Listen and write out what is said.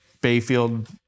Bayfield